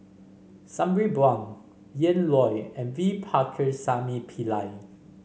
Sabri Buang Ian Loy and V Pakirisamy Pillai